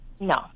No